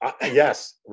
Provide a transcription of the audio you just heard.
Yes